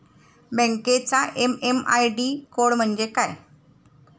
बँकेचा MMID code म्हणजे काय?